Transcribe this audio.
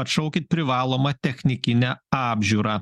atšaukit privalomą technikinę apžiūrą